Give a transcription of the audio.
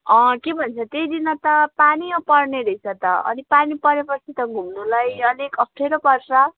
अँ के भन्छ त्यही दिन त पानी पो पर्ने रहेछ त अनि पानी परेपछि त घुम्नुलाई अलिक अप्ठ्यारो पर्छ